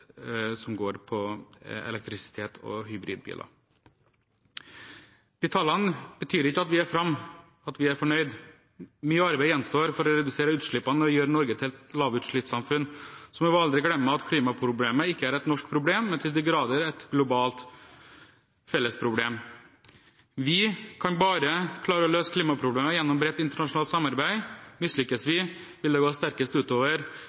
som går på elektrisitet, og hybridbiler. De tallene betyr ikke at vi er framme, at vi er fornøyd. Mye arbeid gjenstår for å redusere utslippene og gjøre Norge til et lavutslippssamfunn. Så må vi aldri glemme at klimaproblemet ikke er et norsk problem, men til de grader er et globalt fellesproblem. Vi kan bare klare å løse klimaproblemene gjennom bredt internasjonalt samarbeid. Mislykkes vi, vil det gå sterkest